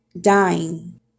dying